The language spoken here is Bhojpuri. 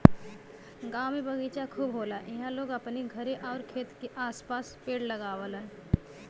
गांव में बगीचा खूब होला इहां लोग अपने घरे आउर खेत के आस पास पेड़ लगावलन